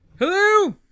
Hello